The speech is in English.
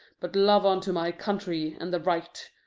but love unto my country and the right,